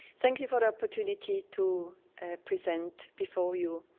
thank you for the opportunity to present before you.